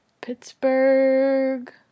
Pittsburgh